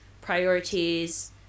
priorities